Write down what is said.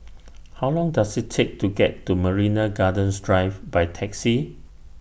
How Long Does IT Take to get to Marina Gardens Drive By Taxi